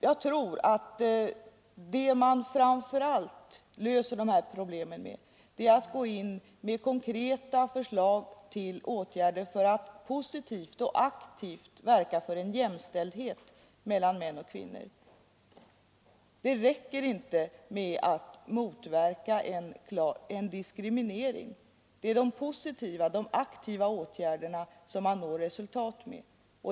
Jag tror att man framför allt löser dessa problem genom att gå in med konkreta förslag till åtgärder för att positivt och aktivt verka för jämställdhet mellan män och kvinnor. Det räcker inte med att motverka en diskriminering. Det är de positiva, de aktiva åtgärderna man når resultat med.